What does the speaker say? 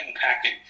packing